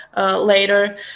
later